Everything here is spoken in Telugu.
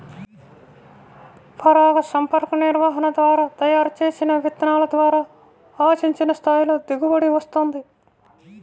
పరాగసంపర్క నిర్వహణ ద్వారా తయారు చేసిన విత్తనాల ద్వారా ఆశించిన స్థాయిలో దిగుబడి వస్తుంది